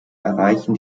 erreichen